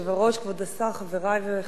חברי וחברותי חברי הכנסת,